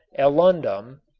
alundum,